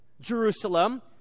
Jerusalem